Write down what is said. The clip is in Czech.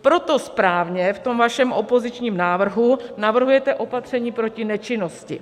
Proto správně v tom vašem opozičním návrhu navrhujete opatření proti nečinnosti.